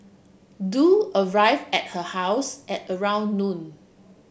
Du arrive at her house at around noon